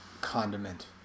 condiment